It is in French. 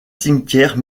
cimetière